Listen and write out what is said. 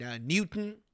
Newton